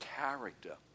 character